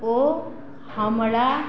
ओ हमरा